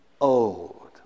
old